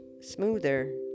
smoother